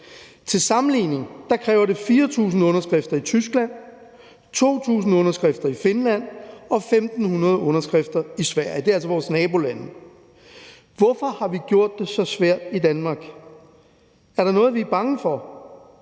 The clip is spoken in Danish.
Til sammenligning kræver det 4.000 underskrifter i Tyskland, 2.000 underskrifter i Finland og 1.500 underskrifter i Sverige. Det er altså vores nabolande. Hvorfor har vi gjort det så svært i Danmark? Er der noget, vi er bange for?